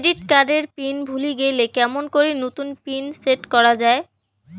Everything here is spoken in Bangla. ক্রেডিট কার্ড এর পিন ভুলে গেলে কেমন করি নতুন পিন সেট করা য়ায়?